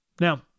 Now